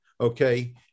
okay